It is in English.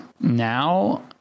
Now